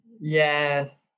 yes